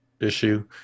issue